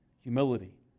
humility